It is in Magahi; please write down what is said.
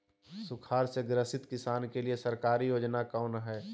सुखाड़ से ग्रसित किसान के लिए सरकारी योजना कौन हय?